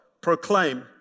proclaim